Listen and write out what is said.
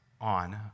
on